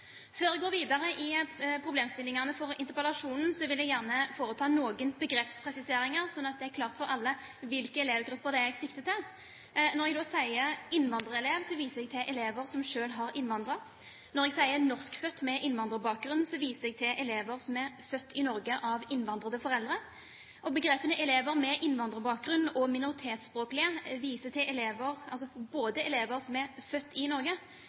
Før jeg går videre inn i problemstillingene for interpellasjonen, vil jeg gjerne foreta noen begrepspresiseringer, slik at det er klart for alle hvilke elevgrupper jeg sikter til. Når jeg sier «innvandrerelev», viser jeg til elever som selv har innvandret. Når jeg sier «norskfødt med innvandrerbakgrunn», viser jeg til elever som er født i Norge med innvandrede foreldre. Begrepene «elever med innvandrerbakgrunn» og «minoritetsspråklige» viser til både elever som er født i Norge av innvandrede foreldre, og dem som selv har innvandret. Bak disse begrepene